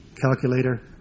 calculator